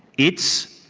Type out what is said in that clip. it's?